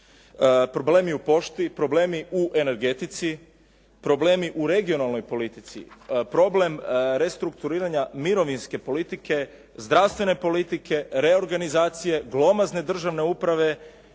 problem je u pošti, problemi u energetici, problemi u regionalnoj politici. Problem restrukturiranja mirovinske politike, zdravstvene politike, reorganizacije, glomazne državne uprave,